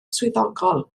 swyddogol